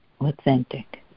authentic